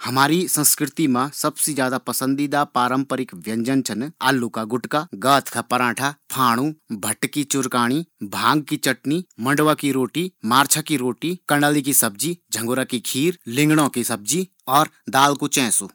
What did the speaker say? हमारी संस्कृति मा सब्सिडी ज्यादा पसंदीदा पारम्परिक भोजन छन अरसा रोट आलू का गुटका भट्ट की चूरकानी फाणु कढ़ी चावल आदि